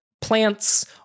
plants